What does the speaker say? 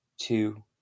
two